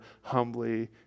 humbly